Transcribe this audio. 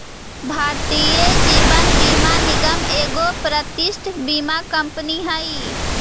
भारतीय जीवन बीमा निगम एगो प्रतिष्ठित बीमा कंपनी हई